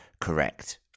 correct